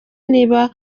niba